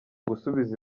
gusubiza